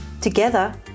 Together